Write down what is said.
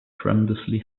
tremendously